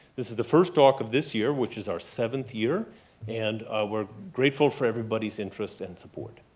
this is the first talk of this year which is our seventh year and we're grateful for everybody's interest and support.